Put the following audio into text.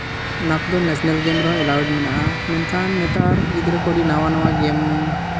ᱚᱱᱟ ᱠᱚᱫᱚ national game ᱨᱮ ᱦᱚᱸ ᱮᱞᱟᱣ ᱢᱮᱱᱟᱜᱼᱟ ᱢᱮᱱᱠᱷᱟᱱ ᱱᱮᱛᱟᱨ ᱜᱤᱫᱽᱨᱟᱹ ᱠᱚ ᱟᱹᱰᱤ ᱱᱟᱣᱟ ᱱᱟᱣᱟ ᱜᱮᱹᱢ